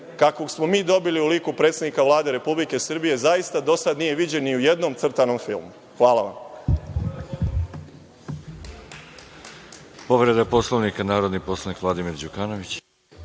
kakvog smo mi dobili u liku predsednika Vlade Republike Srbije zaista do sada nije viđen ni u jednom crtanom filmu. Hvala vam.